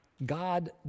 God